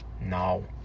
No